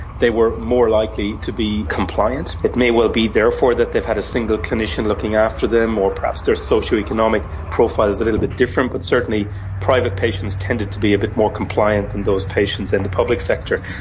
they were more likely to be compliant. it may well be therefore that they've had a single clinician looking after them, or perhaps their socioeconomic profile is a little bit different, but certainly private patients tended to be a bit more compliant than those patients in the public sector.